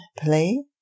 play